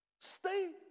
Stay